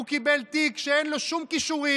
הוא קיבל תיק כשאין לו שום כישורים,